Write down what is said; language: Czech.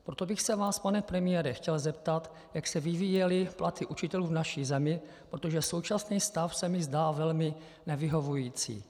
Proto bych se vás, pane premiére, chtěl zeptat, jak se vyvíjely platy učitelů v naší zemi, protože současný stav se mi zdá velmi nevyhovující.